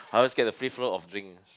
I always get the free flow of drink